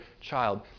child